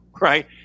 right